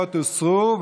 ההסתייגויות הוסרו.